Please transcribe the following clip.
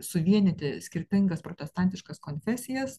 suvienyti skirtingas protestantiškas konfesijas